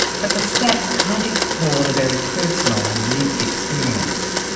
but the stats can't explore the very personal and lived experience.